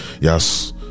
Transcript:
yes